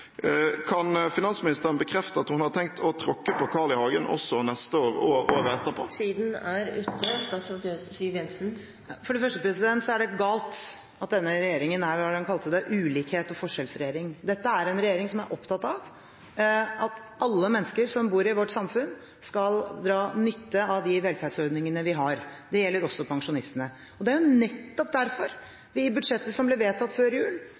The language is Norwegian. Kan finansministeren bekrefte at hun har tenkt å tråkke på Carl I. Hagen også neste år og årene etterpå? For det første er det galt at denne regjeringen er – hva var det representanten kalte det – «en ulikhets- og forskjellsregjering». Dette er en regjering som er opptatt av at alle mennesker som bor i vårt samfunn, skal dra nytte av de velferdsordningene vi har. Det gjelder også pensjonistene. Det er nettopp derfor vi i budsjettet som ble vedtatt før jul,